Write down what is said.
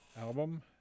album